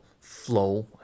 flow